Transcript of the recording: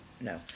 No